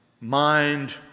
Mind